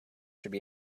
should